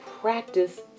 practice